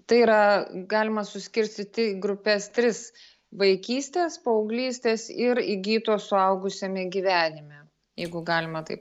tai yra galima suskirstyti į grupes tris vaikystės paauglystės ir įgytos suaugusiame gyvenime jeigu galima taip